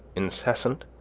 incessant,